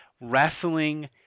wrestling